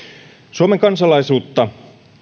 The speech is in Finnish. suomen kansalaisuutta